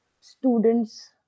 student's